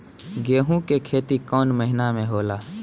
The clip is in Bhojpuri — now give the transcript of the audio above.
गेहूं के खेती कौन महीना में होला?